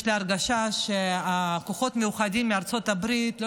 יש לי הרגשה שהכוחות המיוחדים מארצות הברית לא